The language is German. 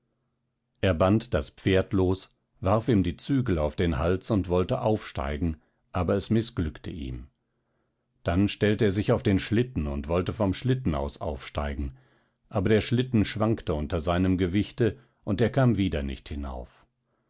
er band das pferd los warf ihm die zügel auf den hals und wollte aufsteigen aber es mißglückte ihm dann stellte er sich auf den schlitten und wollte vom schlitten aus aufsteigen aber der schlitten schwankte unter seinem gewichte und er kam wieder nicht hinauf